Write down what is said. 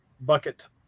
bucket